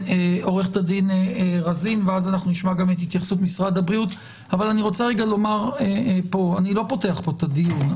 אני לא פותח פה את הדיון.